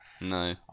no